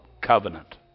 covenant